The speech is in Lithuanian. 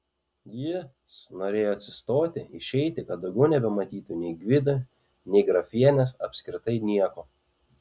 jis norėjo atsistoti išeiti kad daugiau nebematytų nei gvido nei grafienės apskritai nieko